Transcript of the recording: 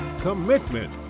commitment